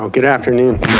um good afternoon,